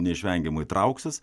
neišvengiamai trauksis